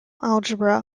algebra